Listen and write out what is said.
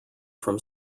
from